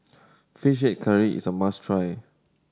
Fish Head Curry is a must try